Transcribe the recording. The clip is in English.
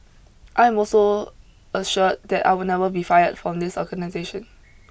I am also assured that I would never be fired from this organisation